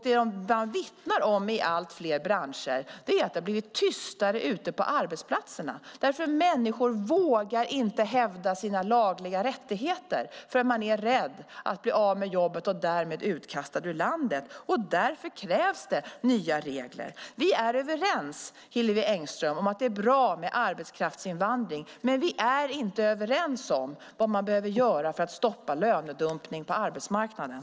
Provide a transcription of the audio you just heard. Det man vittnar om i allt fler branscher är att det har blivit tystare ute på arbetsplatserna. Människor vågar inte hävda sina lagliga rättigheter då man är rädd att bli av med jobbet och därmed utkastad ur landet. Därför krävs det nya regler. Vi är överens, Hillevi Engström, om att det är bra med arbetskraftsinvandring. Men vi är inte överens om vad man behöver göra för att stoppa lönedumpning på arbetsmarknaden.